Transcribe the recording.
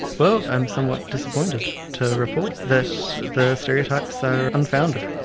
well, i am somewhat disappointed to report that the stereotypes are unfounded.